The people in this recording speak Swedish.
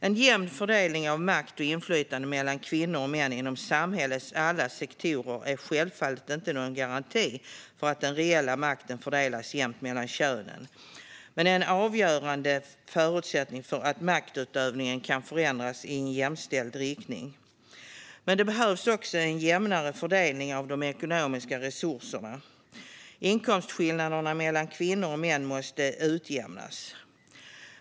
En jämn fördelning av makt och inflytande mellan kvinnor och män inom samhällets alla sektorer är självfallet inte någon garanti för att den reella makten fördelas jämnt mellan könen, men det är en avgörande förutsättning för att maktutövningen ska kunna förändras i jämställd riktning. Det behövs också en jämnare fördelning av de ekonomiska resurserna. Inkomstskillnaderna mellan kvinnor och män måste utjämnas.